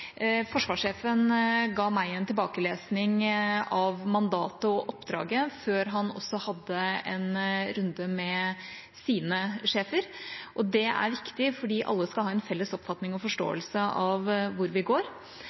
Forsvarssjefen ga meg en tilbakelesning av mandatet og oppdraget før han også hadde en runde med sine sjefer, og det er viktig, for alle skal ha en felles oppfatning og forståelse av hvor vi går.